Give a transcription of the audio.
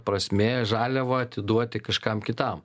prasmė žaliavą atiduoti kažkam kitam